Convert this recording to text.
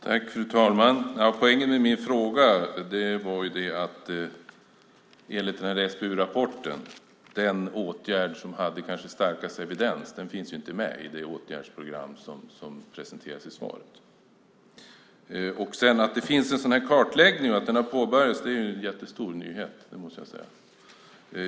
Fru talman! Poängen med min fråga var att den åtgärd som enligt SBU-rapporten hade kanske starkast evidens inte finns med i det åtgärdsprogram som presenteras i svaret. Att en sådan här kartläggning har påbörjats är en jättestor nyhet, måste jag säga.